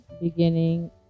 beginning